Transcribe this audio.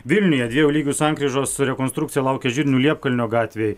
vilniuje dviejų lygių sankryžos rekonstrukcija laukia žirnių liepkalnio gatvėj